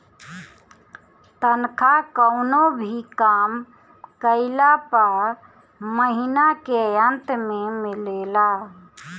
तनखा कवनो भी काम कइला पअ महिना के अंत में मिलेला